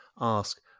ask